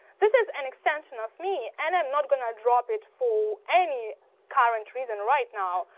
this is an extension of me and i'm not going to drop it for any current reason right now.